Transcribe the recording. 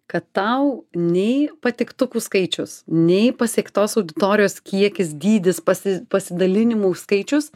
kad tau nei patiktukų skaičius nei pasiektos auditorijos kiekis dydis pasi pasidalinimų skaičius